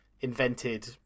invented